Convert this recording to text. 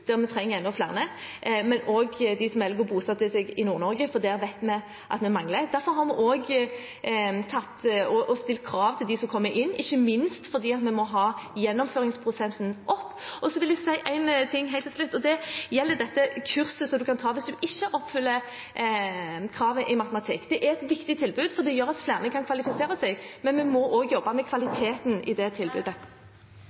der vi trenger enda flere, men også mot dem som velger å bosette seg i Nord-Norge, for der vet vi at vi mangler flere. Derfor har vi også stilt krav til dem som kommer inn, ikke minst fordi vi må ha gjennomføringsprosenten opp. Så vil jeg si en ting til helt til slutt, og det gjelder dette kurset som man kan ta hvis man ikke oppfyller kravet i matematikk. Det er et viktig tilbud, for det gjør at flere kan kvalifisere seg, men vi må også jobbe med